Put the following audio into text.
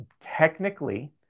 Technically